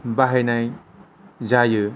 बाहायनाय जायो